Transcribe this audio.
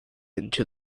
into